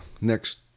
next